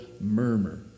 murmur